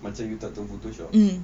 macam you tak tahu photoshop